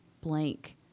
blank